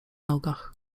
nogach